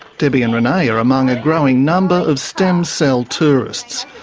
debbie and renee are among a growing number of stem cell tourists.